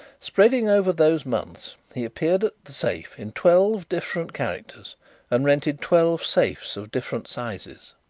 spreading over those months he appeared at the safe in twelve different characters and rented twelve safes of different sizes.